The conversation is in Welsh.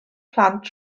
blant